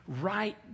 right